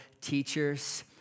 teachers